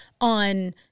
on